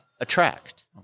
attract